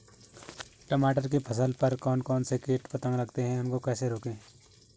टमाटर की फसल पर कौन कौन से कीट पतंग लगते हैं उनको कैसे रोकें?